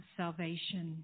salvation